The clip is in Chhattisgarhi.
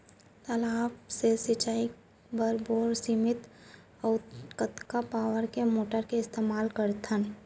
तालाब से सिंचाई बर कोन सीमित अऊ कतका पावर के मोटर के इस्तेमाल करथन?